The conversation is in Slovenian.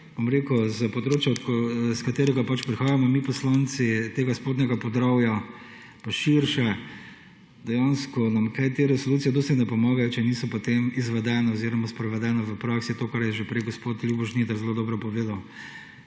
področja, s katerega prihajamo, mi poslanci, tega Spodnjega Podravja, pa širše, dejansko nam kaj te resolucije dosti ne pomagajo, če niso potem izvedene oziroma sprovedene v praksi, to, kar je že prej gospod Ljubo Žnidar zelo dobro povedal.